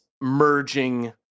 merging